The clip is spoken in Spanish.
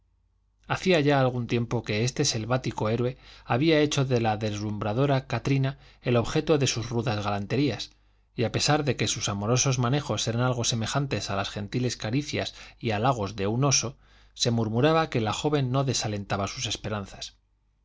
hacía ya algún tiempo que este selvático héroe había hecho de la deslumbradora katrina el objeto de sus rudas galanterías y a pesar de que sus amorosos manejos eran algo semejantes a las gentiles caricias y halagos de un oso se murmuraba que la joven no desalentaba sus esperanzas